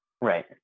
right